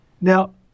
Now